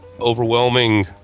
overwhelming